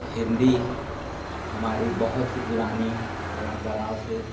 हिंदी हमारी बहुत ही पुरानी परम्पराओं से